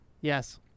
Yes